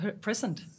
present